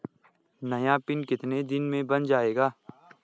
नया पिन कितने दिन में बन जायेगा?